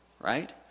right